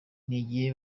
n’igihe